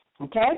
okay